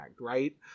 right